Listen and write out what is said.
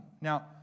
Now